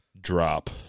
drop